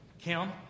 Kim